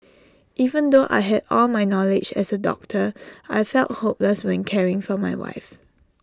even though I had all my knowledge as A doctor I felt hopeless when caring for my wife